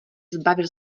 zbavil